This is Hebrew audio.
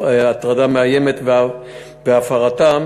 הטרדה מאיימת והפרתם,